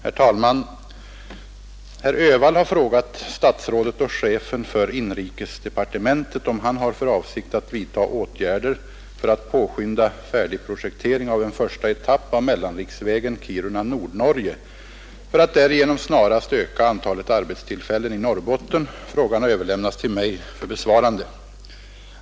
Herr talman! Herr Öhvall har frågat statsrådet och chefen för inrikesdepartementet om han har för avsikt att vidta åtgärder för att påskynda färdigprojektering av en första etapp av mellanriksvägen Kiruna—Nordnorge för att därigenom snarast öka antalet arbetstillfällen i Norrbotten. Frågan har överlämnats till mig för besvarande.